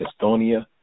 Estonia